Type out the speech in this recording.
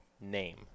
name